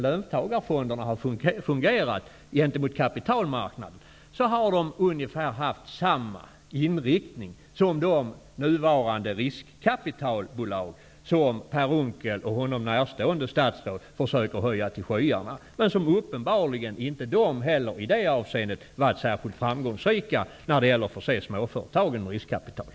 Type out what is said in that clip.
Löntagarfonderna har i praktiken gentemot kapitalmarknaden haft ungefär samma inriktning som de nuvarande riskkapitalbolag, som Per Unckel och honom närstående statsråd försöker höja till skyarna men som uppenbarligen inte heller har varit särskilt framgångsrika när det gäller att förse småföretagen med riskkapital.